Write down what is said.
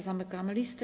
Zamykam listę.